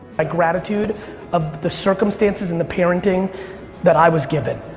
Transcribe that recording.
ah gratitude of the circumstances and the parenting that i was given.